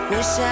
Wish